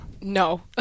No